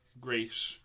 great